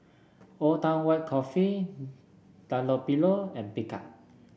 Old Town White Coffee Dunlopillo and Picard